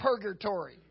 purgatory